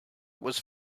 was